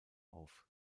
auf